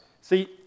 See